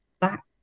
back